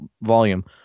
volume